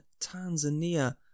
Tanzania